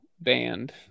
band